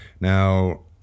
Now